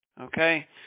Okay